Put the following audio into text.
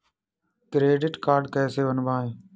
Credit card कैसे बनवाएँ?